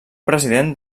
president